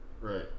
Right